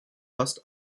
fast